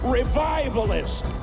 revivalists